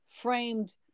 framed